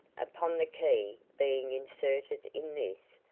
upon the key being inserted in this,